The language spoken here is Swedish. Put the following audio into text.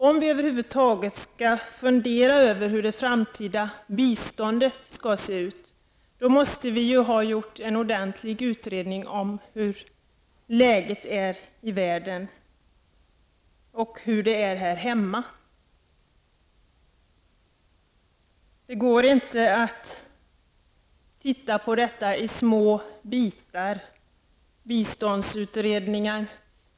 Om vi över huvud taget skall fundera över hur det framtida biståndet skall se ut, måste vi göra en ordentlig utredning om läget i världen och här hemma. Det går inte att studera sådana här frågor i små detaljinriktade biståndsutredningar.